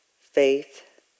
faith